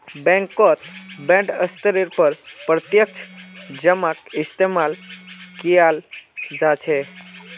बैंकत बडे स्तरेर पर प्रत्यक्ष जमाक इस्तेमाल कियाल जा छे